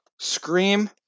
scream